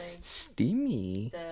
steamy